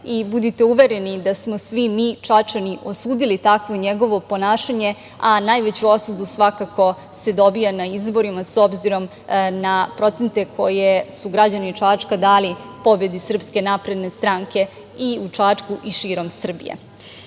Budite uvereni da smo svi mi Čačani osudili takvo njegovo ponašanje, a najveću osudu, svakako se dobija na izborima, s obzirom na procente koje su građani Čačka dali pobedi Srpske napredne stranke i u Čačku, i širom Srbije. Kada